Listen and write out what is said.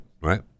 right